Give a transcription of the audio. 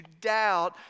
doubt